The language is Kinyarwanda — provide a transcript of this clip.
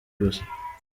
gusa